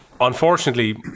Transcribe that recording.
Unfortunately